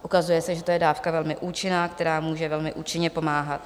Ukazuje se, že to je dávka velmi účinná, která může velmi účinně pomáhat.